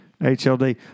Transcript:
HLD